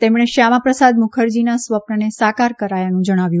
તેમણે શ્યામાપ્રસાદ મુખરજીના સ્વપ્નને સાકાર કરાયાનું જણાવ્યું